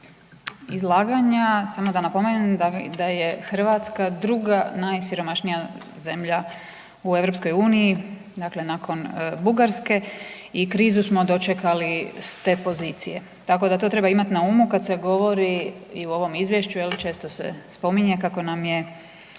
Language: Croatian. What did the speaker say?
izlaganja samo da napomenem da je Hrvatska druga najsiromašnija zemlja u EU, dakle nakon Bugarske i krizu smo dočekali s te pozicije, tako da to treba imat na umu kad se govori i u ovom izvješću jel često se spominje kako nam je